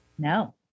No